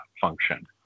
function